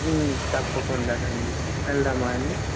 తప్పకుండా అండి వెళదామా అండి